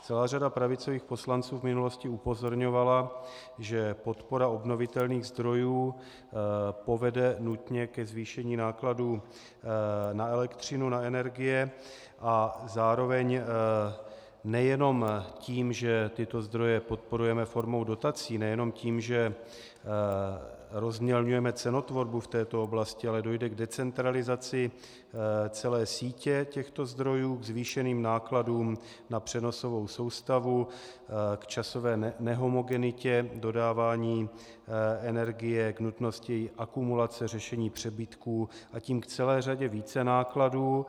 Celá řada pravicových poslanců v minulosti upozorňovala, že podpora obnovitelných zdrojů povede nutně ke zvýšení nákladů na elektřinu, na energie, a zároveň nejenom tím, že tyto zdroje podporujeme formou dotací, nejenom tím, že rozmělňujeme cenotvorbu v této oblasti, ale dojde k decentralizaci celé sítě těchto zdrojů, ke zvýšeným nákladům na přenosovou soustavu, časové nehomogenitě dodávání energie, k nutnosti její akumulace, řešení jejích přebytků, a tím k celé řadě vícenákladů.